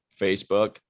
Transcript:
Facebook